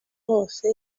hose